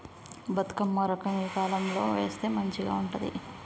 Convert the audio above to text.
బతుకమ్మ రకం ఏ కాలం లో వేస్తే మంచిగా ఉంటది?